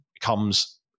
comes